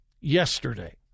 Yesterday